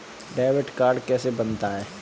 Debit card कैसे बनता है?